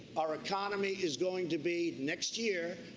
our economy is going to be, next year,